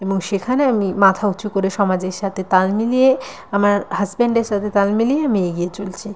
এবং সেখানে আমি মাথা উঁচু করে সমাজের সাথে তাল মিলিয়ে আমার হাজব্যান্ডের সাথে তাল মিলিয়ে আমি এগিয়ে চলছি